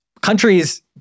countries